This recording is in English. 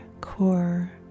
core